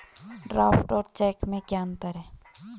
Draft और cheque में क्या अंतर है?